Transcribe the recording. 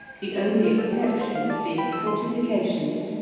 the only exceptions being fortifications,